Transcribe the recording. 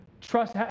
trust